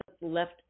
left